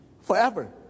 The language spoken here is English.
forever